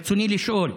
רצוני לשאול: